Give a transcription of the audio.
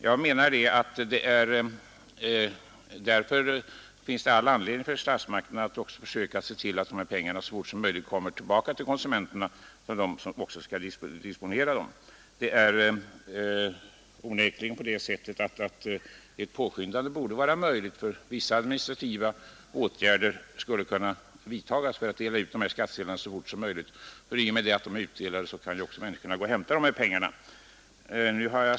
Jag menar att det finns all anledning för statsmakterna att se till att pengarna så fort som möjligt kommer tillbaka till konsumenterna så att de kan disponera dem. Ett påskyndande borde vara möjligt. Vissa administrativa åtgärder skulle kunna vidtas för att dela ut skattsedlarna så fort som möjligt. I och med att de är utdelade kan människorna också hämta sina pengar.